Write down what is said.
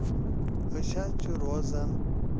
أسۍ حظ چھِ روزان